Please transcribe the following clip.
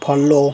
follow